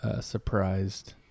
surprised